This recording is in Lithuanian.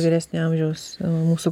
vyresnio amžiaus mūsų